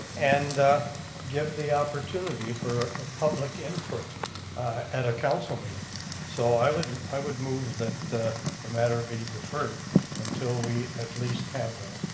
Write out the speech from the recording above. and give the opportunity for public input at a council meeting so i would i would move that the the matter be deferred until we at least have that.